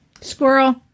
squirrel